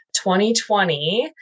2020